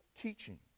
teaching